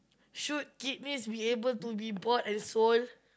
should kidneys means be able to be bought and sold